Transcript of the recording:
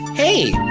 hey,